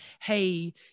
Hey